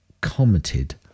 commented